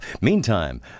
Meantime